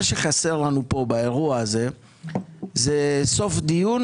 מה שחסר לנו פה באירוע הזה זה סוף דיון,